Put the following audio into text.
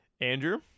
Andrew